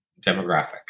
demographic